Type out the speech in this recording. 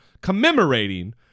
commemorating